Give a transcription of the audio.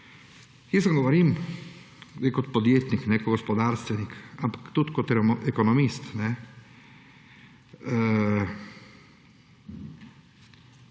vam zdaj kot podjetnik, kot gospodarstvenik, ampak tudi kot ekonomist,